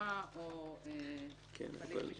שהתקיימה או הליך משפטי.